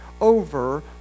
over